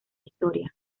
historia